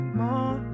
more